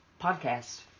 podcast